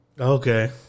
Okay